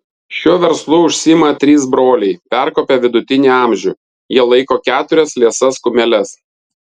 šiuo verslu užsiima trys broliai perkopę vidutinį amžių jie laiko keturias liesas kumeles